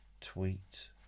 Tweet